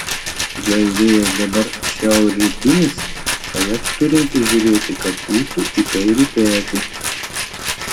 jei vėjas dabar šiaurrytinis tai aš turintis žiūrėti kad pūstų į kairį petį